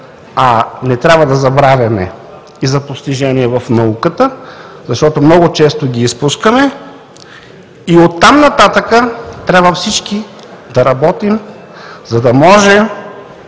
а не трябва да забравяме и за постиженията в науката, защото много често ги изпускаме – и оттам нататък трябва всички да работим, за да може